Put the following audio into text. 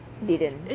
didn't